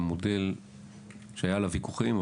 עם מודל שהיו עליו ויכוחים,